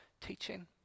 teaching